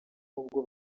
nubwo